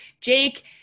Jake